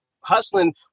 hustling